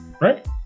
right